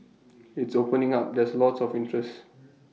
it's opening up there's lots of interest